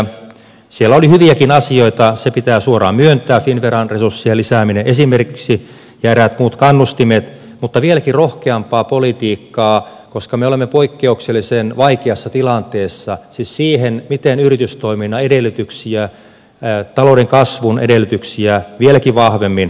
siellä oli hyviäkin asioita se pitää suoraan myöntää finnveran resurssien lisääminen esimerkiksi ja eräät muut kannustimet mutta vieläkin rohkeampaa politiikkaa tarvitaan koska me olemme poikkeuksellisen vaikeassa tilanteessa siis siihen miten yritystoiminnan edellytyksiä talouden kasvun edellytyksiä vieläkin vahvemmin vahvistettaisiin